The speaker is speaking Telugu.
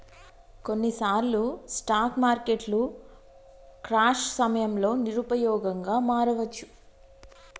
కొన్నిసార్లు స్టాక్ మార్కెట్లు క్రాష్ సమయంలో నిరుపయోగంగా మారవచ్చు